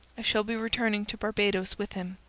i shall be returning to barbados with him.